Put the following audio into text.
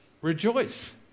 rejoice